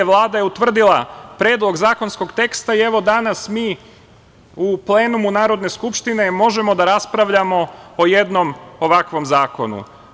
Vlada je utvrdila predlog zakonskog teksta i evo danas mi u plenumu Narodne skupštine možemo da raspravljamo o jednom ovakvom zakonu.